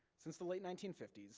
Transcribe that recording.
since the late nineteen fifty s,